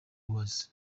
was